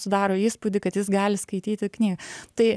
sudaro įspūdį kad jis gali skaityti knygą tai